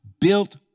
built